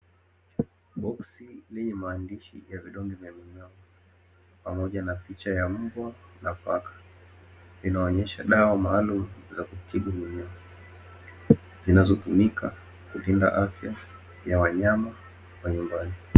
Boksi lenye maandishi ya vidonge vya minyoo pamoja na picha ya mbwa na paka, inaonyesha dawa maalumu za kutibu mimea zinazotumika kukinga afya za wanyama mbalimbali.